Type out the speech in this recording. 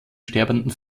sterbenden